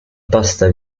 pasta